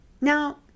Now